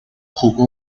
jugó